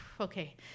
okay